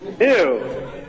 Ew